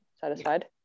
Satisfied